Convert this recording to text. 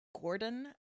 Gordon